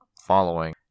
following